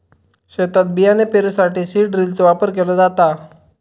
शेतात बियाणे पेरूसाठी सीड ड्रिलचो वापर केलो जाता